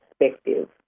perspective